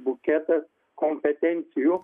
buketas kompetencijų